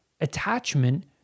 attachment